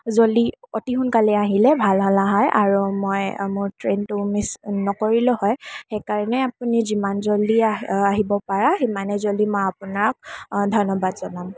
জল্দি অতি সোনকালে আহিলে ভাল হ'লে হয় আৰু মই মোৰ ট্ৰেইনটো মিচ নকৰিলোঁ হয় সেইকাৰণে আপুনি যিমান জলদি আহিব পাৰে সিমানেই জলদি মই আপোনাক ধন্য়বাদ জনাম